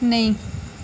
नेईं